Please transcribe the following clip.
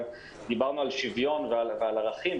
דיברנו על שוויון ועל ערכים,